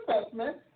assessment